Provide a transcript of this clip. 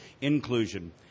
inclusion